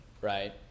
right